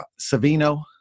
Savino